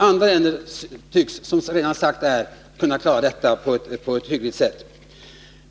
Andra länder tycks, som redan sagts, kunna klara detta på ett hyggligt sätt.